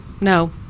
no